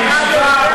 בישיבה,